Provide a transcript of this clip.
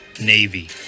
Navy